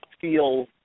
feel